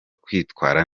kwitwara